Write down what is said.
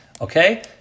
Okay